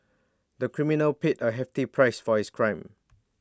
the criminal paid A heavy tea price for his crime